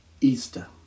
Easter